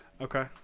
Okay